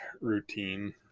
routine